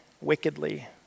wickedly